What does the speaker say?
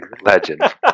legend